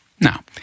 Now